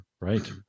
right